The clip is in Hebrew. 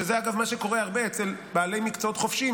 שזה מה שקורה אצל בעלי מקצועות חופשיים,